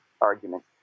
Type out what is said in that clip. argument